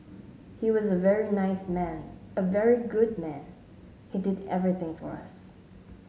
he was a very nice man a very good man he did everything for us